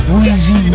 Weezy